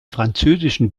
französischen